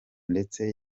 ndetse